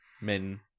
men